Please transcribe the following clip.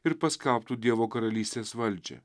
ir paskelbtų dievo karalystės valdžią